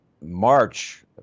March